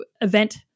event